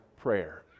prayer